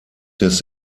des